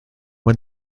when